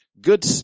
good